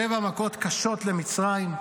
שבע מכות קשות למצרים,